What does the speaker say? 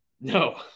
No